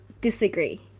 disagree